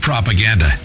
Propaganda